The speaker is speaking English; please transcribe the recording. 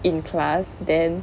in class then